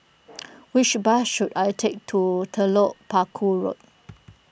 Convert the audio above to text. which bus should I take to Telok Paku Road